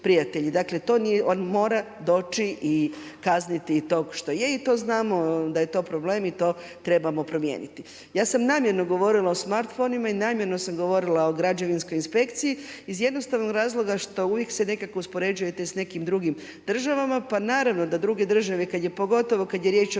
Dakle on mora doći i kazniti tog što je i to znamo da je to problem i to trebamo promijeniti. Ja sam namjerno govorila o smartfonima i namjerno sam govorila o građevinskoj inspekciji iz razloga što uvijek se nekako uspoređujete s nekim drugim državama, pa naravno da druge države pogotovo kada je riječ o